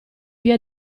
via